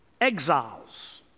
exiles